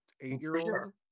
eight-year-old